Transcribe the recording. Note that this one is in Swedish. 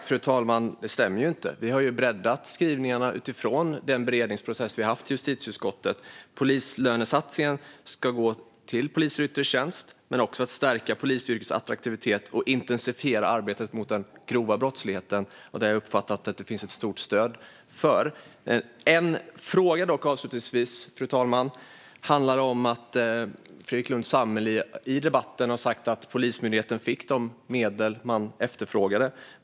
Fru talman! Det stämmer inte. Vi har breddat skrivningarna utifrån den beredningsprocess vi har haft i justitieutskottet. Polislönesatsningen ska gå till poliser i yttre tjänst men också till att stärka polisyrkets attraktivitet och intensifiera arbetet mot den grova brottsligheten. Det har jag uppfattat att det finns ett stort stöd för. Fru talman! Jag har avslutningsvis en fråga. Det handlar om att Fredrik Lundh Sammeli i debatten har sagt att Polismyndigheten fick de medel den efterfrågade.